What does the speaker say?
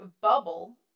bubble